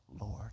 Lord